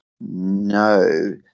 No